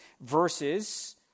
verses